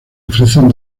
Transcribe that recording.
ofrecen